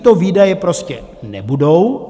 Tyto výdaje prostě nebudou.